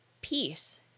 peace